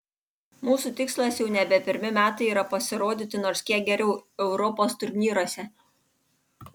mūsų tikslas jau nebe pirmi metai yra pasirodyti nors kiek geriau europos turnyruose